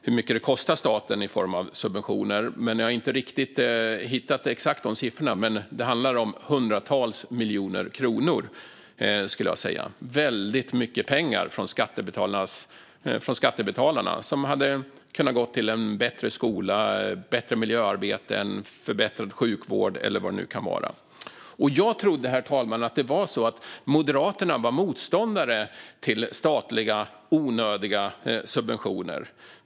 Jag har inte hittat exakta siffror, men jag skulle säga att det handlar om hundratals miljoner kronor - väldigt mycket pengar från skattebetalarna som hade kunnat gå till en bättre skola, bättre miljöarbete, en förbättrad sjukvård eller vad det nu kan vara. Jag trodde, herr talman, att Moderaterna var motståndare till onödiga statliga subventioner.